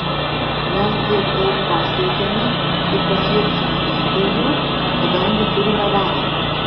mes tiek daug pasiekėme ir pasieksime dar daugiau kadangi turime vadą